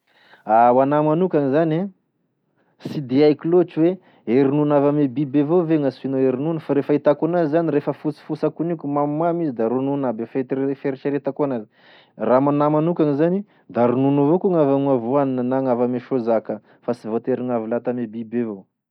Ho anahy manokagny zany e sy de haiko loatry hoe e ronono avy ame biby evao ve gn'ansoina hoe ronono fa re fahitako enazy zany refa fosifosy akoinio ka mamimamy izy da ronono agnaby e fitre- fieritreretako anazy raha aminahy manokagny da ronono evao koa gn'avy amegn'avoine sy gn'avy ame sôza ka fa sy voatery gn'avy lata ame biby evao.